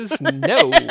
no